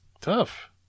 tough